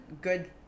good